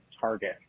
target